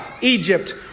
Egypt